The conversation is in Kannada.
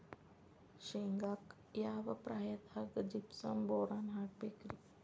ಶೇಂಗಾಕ್ಕ ಯಾವ ಪ್ರಾಯದಾಗ ಜಿಪ್ಸಂ ಬೋರಾನ್ ಹಾಕಬೇಕ ರಿ?